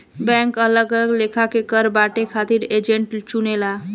bank अलग अलग लेखा के कर बांटे खातिर एजेंट चुनेला